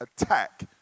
attack